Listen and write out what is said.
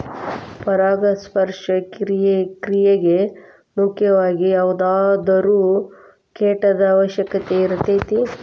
ಪರಾಗಸ್ಪರ್ಶ ಕ್ರಿಯೆಗೆ ಮುಖ್ಯವಾಗಿ ಯಾವುದಾದರು ಕೇಟದ ಅವಶ್ಯಕತೆ ಇರತತಿ